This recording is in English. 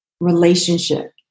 relationship